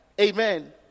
Amen